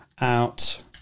out